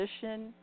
position